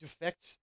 defects